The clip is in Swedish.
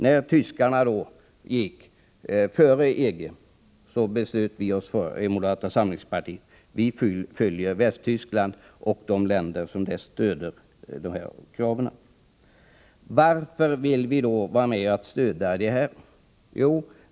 När tyskarna gick före de övriga EG-staterna beslöt vi oss i moderata samlingspartiet för att följa Västtyskland och de länder som stöder samma krav. Varför vill vi då vara med och stödja dessa krav?